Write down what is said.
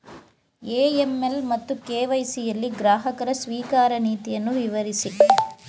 AML ಮತ್ತು KYC ಯಲ್ಲಿ ಗ್ರಾಹಕ ಸ್ವೀಕಾರ ನೀತಿಯನ್ನು ವಿವರಿಸಿ?